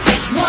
One